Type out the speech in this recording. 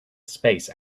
space